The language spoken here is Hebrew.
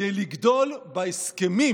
כדי לגדול בהסכמים